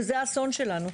וזה האסון שלנו.